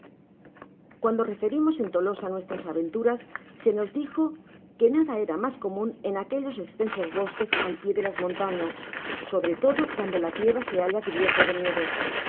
cuando referimos en tolosa nuestras aventuras se nos dijo que nada era mas comun en aquellos estensos bosques al pié de las montañas sobre todo cuando la tierra se halla cubierta de nieve